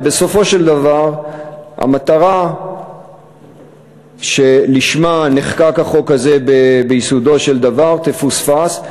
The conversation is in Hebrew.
ובסופו של דבר המטרה שלשמה חוקק החוק הזה ביסודו של דבר תפוספס,